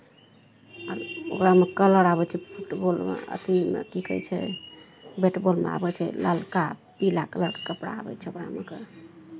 ओकरामे कलर आबै छै फुटबॉलमे अथीमे की कहै छै बैटबॉलमे आबै छै ललका पीला कलरके कपड़ा आबै छै ओकरामेके